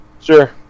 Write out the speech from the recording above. Sure